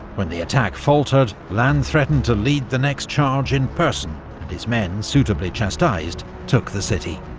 when the attack faltered, lannes threatened to lead the next charge in person and his men, suitably chastised, took the city.